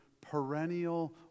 perennial